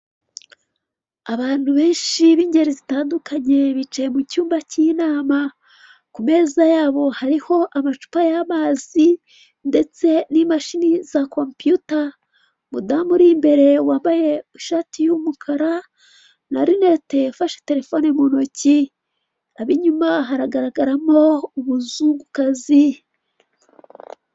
Abantu benshi b'ingeri zitandukanye bicaye mucyumba cy'inama ku meza yabo hariho amacupa y'amazi, ndetse n'imashini za kopiyuta, budamu uribe wambaye ishati y'umukara na rinete afashe telefone muntoki, abinyuma haragaragaramo umuzungukazi.